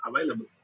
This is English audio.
available